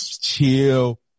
chill